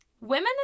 Women